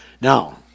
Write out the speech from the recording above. Now